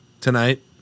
tonight